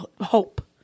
hope